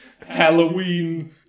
Halloween